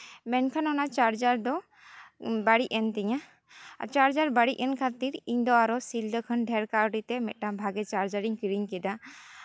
ᱢᱮᱱᱠᱷᱟᱱ ᱚᱱᱟ ᱪᱟᱨᱡᱟᱨ ᱫᱚ ᱵᱟᱹᱲᱤᱡ ᱮᱱ ᱛᱤᱧᱟᱹ ᱟᱨ ᱪᱟᱨᱡᱟᱨ ᱵᱟᱹᱲᱤᱡ ᱮᱱ ᱠᱷᱟᱹᱛᱤᱨ ᱤᱧ ᱫᱚ ᱟᱨᱚ ᱥᱤᱞᱫᱟᱹ ᱠᱷᱚᱱ ᱰᱷᱮᱨ ᱠᱟᱹᱣᱰᱤ ᱛᱮ ᱢᱤᱫᱴᱟᱱ ᱵᱷᱟᱜᱤ ᱪᱟᱨᱡᱟᱨ ᱤᱧ ᱠᱤᱨᱤᱧ ᱠᱮᱫᱟ